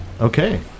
Okay